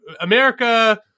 America